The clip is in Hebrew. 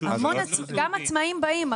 גם עצמאיים באים.